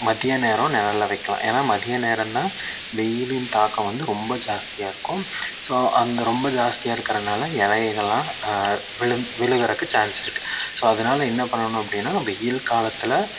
மதிய நேரம் நிழல்ல வைக்கலாம் ஏனால் மதிய நேரம்தான் வெயிலின் தாக்கம் வந்து ரொம்ப ஜாஸ்தியாக இருக்கும் ஸோ அந்த ரொம்ப ஜாஸ்தியாக இருக்கிறனால இலைகள்லாம் விழுந் விழுகறக்கு சான்ஸ் இருக்குது ஸோ அதனால என்ன பண்ணணும் அப்படின்னா வெயில் காலத்தில்